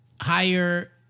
higher